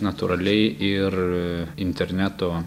natūraliai ir interneto